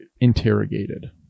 interrogated